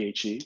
PHE